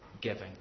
giving